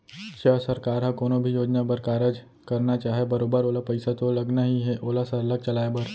च सरकार ह कोनो भी योजना बर कारज करना चाहय बरोबर ओला पइसा तो लगना ही हे ओला सरलग चलाय बर